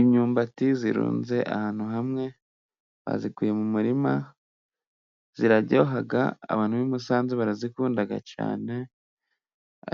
Imyumbati irunze ahantu hamwe. Bayikuye mu murima, iraryoha, abantu b'i Musanze barayikunda cyane.